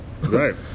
Right